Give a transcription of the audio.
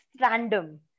random